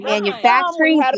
Manufacturing